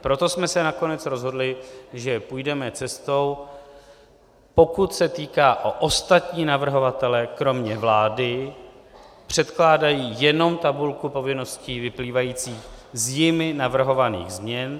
Proto jsme se nakonec rozhodli, že půjdeme cestou pokud se týká ostatních navrhovatelů, kromě vlády, předkládají jenom tabulku povinností vyplývající z jimi navrhovaných změn.